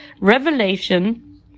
Revelation